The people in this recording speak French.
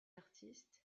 artistes